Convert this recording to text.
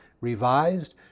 revised